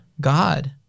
God